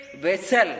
vessel